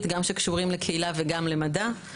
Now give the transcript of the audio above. גם לצמוח בתוך המו"פ ולקדם את האזור וגם את המו"פ.